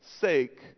sake